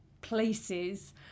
places